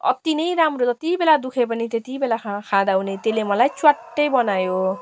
अति नै राम्रो जति बेला दुखे पनि त्यति बेला खाँदा हुने त्सयले मलाई च्वाट्टै बनायो